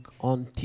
on